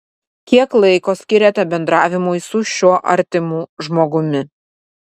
kiek laiko skiriate bendravimui su šiuo artimu žmogumi